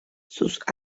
sus